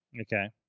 Okay